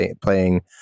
playing